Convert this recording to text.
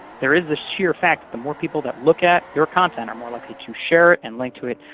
there is the sheer fact that the more people that look at your content are more likely to share it and link to it.